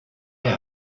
der